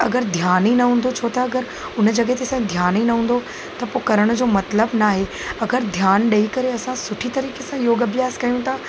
अगरि ध्यानु ई न हूंदो छो त अगर उन जॻह ते ध्यान ई न हूंदो त पोइ करण जो मतिलबु न आहे अगरि ध्यान ॾई करे असां सुठी तरीक़े सां योग अभ्यास कयूं था